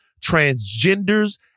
transgenders